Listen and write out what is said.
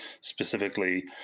Specifically